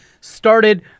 started